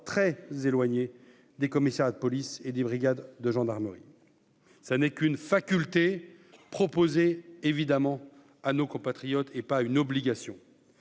très éloignés des commissaires de police et des brigades de gendarmerie, ça n'est qu'une faculté proposer évidemment à nos compatriotes et pas une obligation